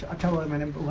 ah development and but of